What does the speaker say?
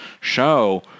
show